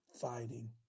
fighting